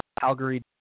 Calgary